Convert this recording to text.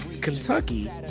Kentucky